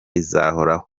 izahoraho